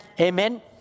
Amen